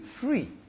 free